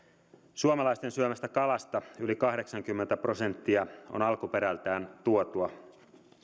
suomalaisten syömästä kalasta yli kahdeksankymmentä prosenttia on alkuperältään tuotua